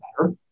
better